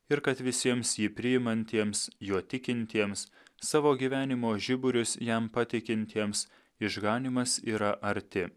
ir kad visiems jį priimantiems juo tikintiems savo gyvenimo žiburius jam pateikiantiems išganymas yra arti